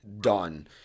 done